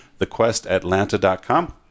thequestatlanta.com